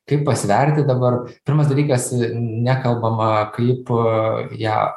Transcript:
kaip pasverti dabar pirmas dalykas nekalbama kaip ją